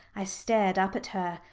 i stared up at her,